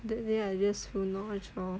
that day I just feel nauseous lor